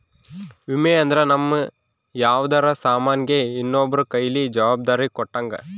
ವಿಮೆ ಅಂದ್ರ ನಮ್ ಯಾವ್ದರ ಸಾಮನ್ ಗೆ ಇನ್ನೊಬ್ರ ಕೈಯಲ್ಲಿ ಜವಾಬ್ದಾರಿ ಕೊಟ್ಟಂಗ